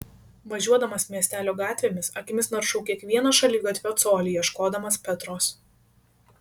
važiuodamas miestelio gatvėmis akimis naršau kiekvieną šaligatvio colį ieškodamas petros